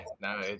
no